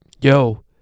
yo